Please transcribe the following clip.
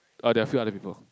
uh there are a few other people